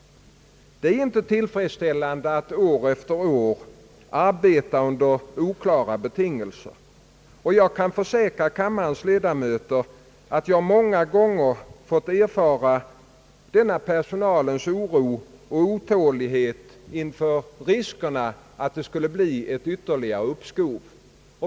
Det är inte tillfredsställande att år efter år arbeta under oklara betingelser. Jag kan försäkra kammarens ledamöter att jag många gånger fått erfara denna personals oro och otålighet inför risken av att det skulle bli ett ytterligare uppskov.